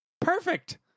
Perfect